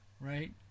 right